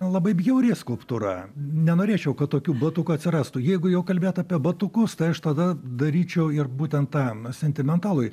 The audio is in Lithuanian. labai bjauri skulptūra nenorėčiau kad tokių batukų atsirastų jeigu jau kalbėt apie batukus tai aš tada daryčiau ir būtent tą sentimentalųjį